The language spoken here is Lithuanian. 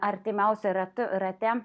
artimiausia ratu rate